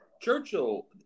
Churchill